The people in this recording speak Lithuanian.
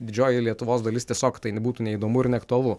didžioji lietuvos dalis tiesiog tai būtų neįdomu ir neaktualu